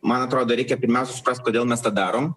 man atrodo reikia pirmiausia suprast kodėl mes tą darom